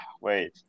wait